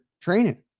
training